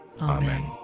Amen